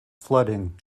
flooding